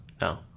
no